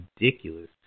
ridiculous